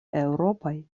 eŭropaj